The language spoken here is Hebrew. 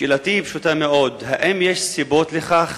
שאלתי פשוטה מאוד: האם יש סיבות לכך?